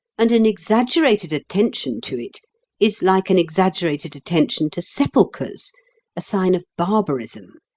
and an exaggerated attention to it is like an exaggerated attention to sepulchres a sign of barbarism.